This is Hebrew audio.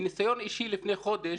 מניסיון אישי לפני חודש,